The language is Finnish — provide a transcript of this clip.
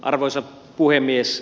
arvoisa puhemies